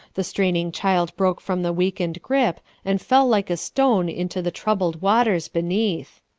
the straining child broke from the weakened grip, and fell like a stone into the troubled waters beneath.